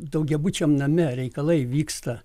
daugiabučiam name reikalai vyksta